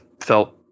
felt